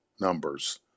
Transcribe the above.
numbers